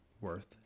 worth